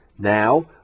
Now